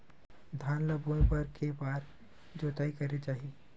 धान ल बोए बर के बार जोताई करना चाही?